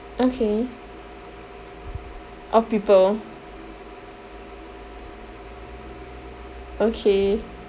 okay all people okay